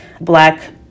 Black